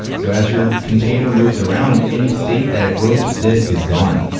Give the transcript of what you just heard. so as your container moves around, any state that it wrote to disk is gone.